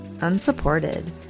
unsupported